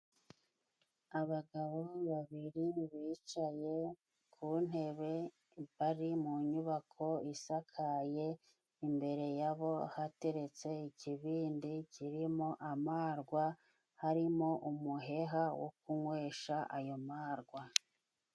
Abagabo babiri bicaye ku ntebe, bari mu nyubako isakaye imbere yabo hateretse ikibindi kirimo amarwa, harimo umuheha wo kunywesha ayo marwa.